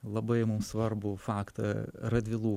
labai mum svarbų faktą radvilų